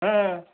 হুম